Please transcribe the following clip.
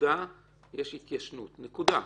יש התיישנות, נקודה.